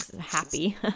happy